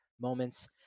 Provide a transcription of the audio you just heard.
moments